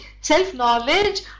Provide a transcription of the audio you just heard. Self-knowledge